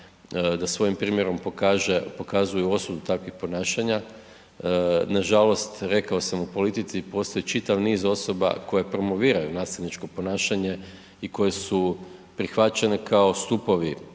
da svojim primjerom pokaže, pokazuju osudu takvih ponašanja, nažalost rekao sam, u politici postoji čitav niz osoba koje promoviraju nasilničko ponašanje i koje su prihvaćene kao stupovi